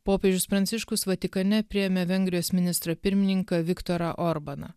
popiežius pranciškus vatikane priėmė vengrijos ministrą pirmininką viktorą orbaną